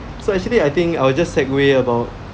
so actually I think I will just side way about